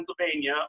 Pennsylvania